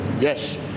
Yes